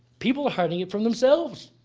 people are hiding it from themselves.